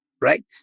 Right